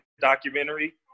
documentary